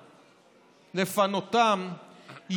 לפנותם,